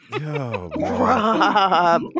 rob